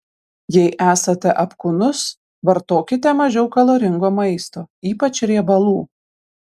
jei esate apkūnus vartokite mažiau kaloringo maisto ypač riebalų